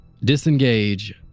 disengage